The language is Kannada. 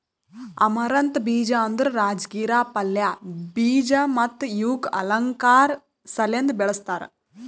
ಅಮರಂಥ ಬೀಜ ಅಂದುರ್ ರಾಜಗಿರಾ ಪಲ್ಯ, ಬೀಜ ಮತ್ತ ಇವುಕ್ ಅಲಂಕಾರ್ ಸಲೆಂದ್ ಬೆಳಸ್ತಾರ್